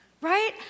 Right